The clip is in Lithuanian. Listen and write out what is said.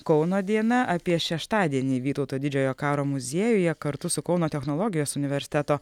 kauno diena apie šeštadienį vytauto didžiojo karo muziejuje kartu su kauno technologijos universiteto